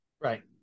Right